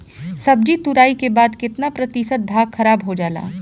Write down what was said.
सब्जी तुराई के बाद केतना प्रतिशत भाग खराब हो जाला?